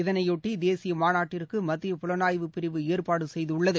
இதனையொட்டி தேசிய மாநாட்டிற்கு மத்திய புலனாய்வு பிரிவு ஏற்பாடு செய்துள்ளது